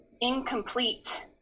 incomplete